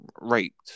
raped